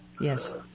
Yes